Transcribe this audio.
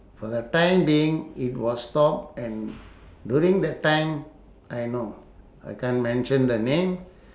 for the time being it was stop and during the time ah no I can't mention the name